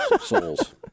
souls